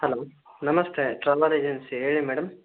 hello ನಮಸ್ತೇ traveller agency ಹೇಳಿ madam